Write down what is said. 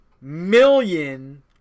million